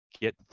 get